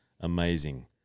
amazing